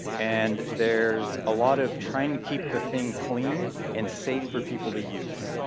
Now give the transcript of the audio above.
and there's a lot of trying to keep the thing clean and safe for people to use.